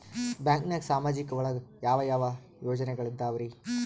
ಬ್ಯಾಂಕ್ನಾಗ ಸಾಮಾಜಿಕ ಒಳಗ ಯಾವ ಯಾವ ಯೋಜನೆಗಳಿದ್ದಾವ್ರಿ?